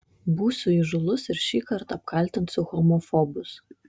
būsiu įžūlus ir šįkart apkaltinsiu homofobus